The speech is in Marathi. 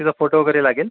तिला फोटो वगैरे लागेल